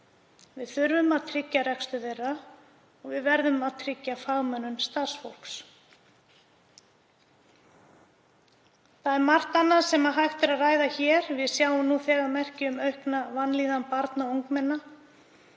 Við þurfum að tryggja rekstur þeirra og við verðum að tryggja fagmönnun starfsfólks. Það er margt annað sem hægt væri að ræða hér. Við sjáum nú þegar merki um aukna vanlíðan barna og ungmenna.